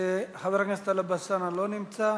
חבר הכנסת טלב אלסאנע, לא נמצא.